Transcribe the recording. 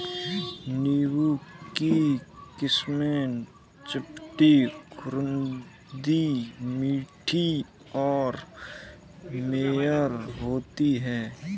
नींबू की किस्में चपटी, खुरदरी, मीठी और मेयर होती हैं